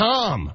Tom